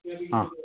हा